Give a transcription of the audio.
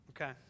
okay